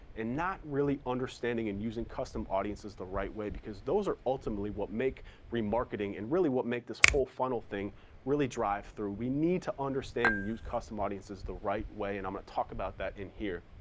and not really understanding and using custom audiences the right way, because those are ultimately what make remarketing and really what make this whole funnel thing really drive through. we need to understand and use custom audiences the right way, and i'm going to talk about that in here.